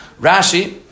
Rashi